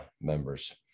members